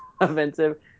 offensive